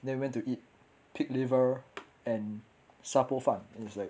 then we went to eat pig liver and 沙煲饭 it was like